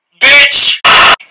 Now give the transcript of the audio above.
bitch